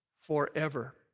forever